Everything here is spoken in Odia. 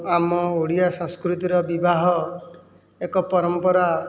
ଆମ ଓଡ଼ିଆ ସଂସ୍କୃତିର ବିବାହ ଏକ ପରମ୍ପରା